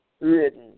written